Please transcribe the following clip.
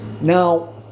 Now